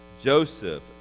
Joseph